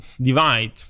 divide